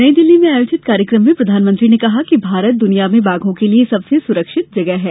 नई दिल्ली में आयोजित कार्यक्रम में प्रधानमंत्री ने कहा है कि भारत दुनिया में बाघों के लिए सबसे सुरक्षित जगह है